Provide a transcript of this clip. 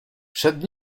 przed